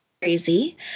crazy